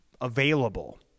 available